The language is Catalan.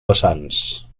vessants